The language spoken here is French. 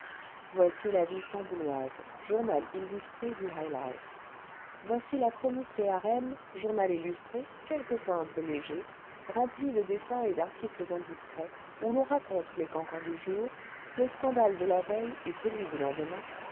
voici la vie stambouloise journal illustré du high life voici la chronique des harems journal illustré quelquefois un peu léger rempli de dessins et d'articles indiscrets où l'on raconte les cancans du jour le scandale de la veille et celui du lendemain